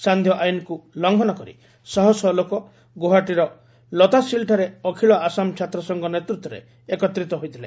ସାନ୍ଧ୍ୟ ଆଇନ୍କୁ ଲଙ୍ଘନ କରି ଶହ ଶହ ଲୋକ ଗୌହାଟୀର ଲତାସିଲ୍ଠାରେ ଅଖିଳ ଆସାମ ଛାତ୍ରସଂଘ ନେତୃତ୍ୱରେ ଏକତ୍ରିତ ହୋଇଥିଲେ